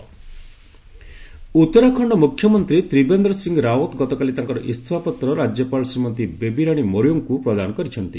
Uttarakhand CM Uttarakhand ମୁଖ୍ୟମନ୍ତ୍ରୀ ତ୍ରିବେନ୍ଦ୍ର ସିଂହ ରାଓ୍ୱତ ଗତକାଲି ତାଙ୍କର ଇସ୍ତଫା ପତ୍ର ରାଜ୍ୟପାଳ ଶ୍ରୀମତୀ ବେବିରାଣୀ ମୌର୍ୟଙ୍କୁ ପ୍ରଦାନ କରିଛନ୍ତି